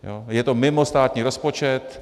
Ano, je to mimo státní rozpočet.